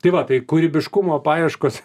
tai va tai kūrybiškumo paieškos